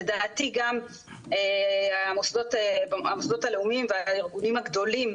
לדעתי גם המוסדות הלאומיים והארגונים הגדולים